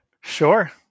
Sure